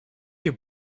your